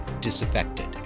disaffected